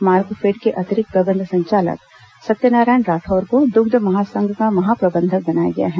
मार्कफेड के अतिरिक्त प्रबंध संचालक सत्यनारायण राठौर को दृग्ध महासंघ का महाप्रबंधक बनाया गया है